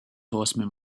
horsemen